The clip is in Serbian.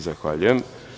Zahvaljujem.